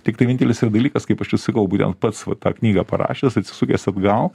tiktai vienintelis yra dalykas kaip aš ir sakau būtent pats va tą knygą parašęs atsisukęs atgal